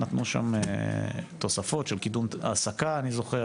נתנו שם תוספות של קידום העסקה אני זוכר,